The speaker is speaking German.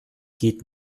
geht